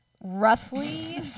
Roughly